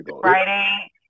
Friday